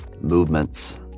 movements